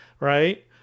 Right